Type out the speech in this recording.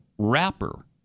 Rapper